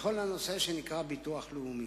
בכל הנושא שנקרא ביטוח לאומי.